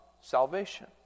salvation